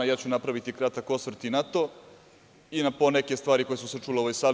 Napraviću kratak osvrt i na to i na po neke stvari koje su se čule u ovoj sali.